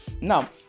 Now